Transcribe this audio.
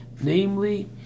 namely